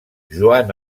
joan